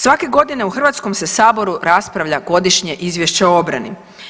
Svake godine u Hrvatskom saboru raspravlja se godišnje izvješće o obrani.